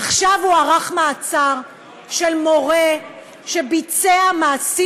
עכשיו הוארך המעצר של מורה שביצע מעשים